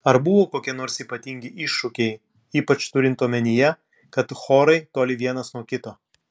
ar buvo kokie nors ypatingi iššūkiai ypač turint omenyje kad chorai toli vienas nuo kito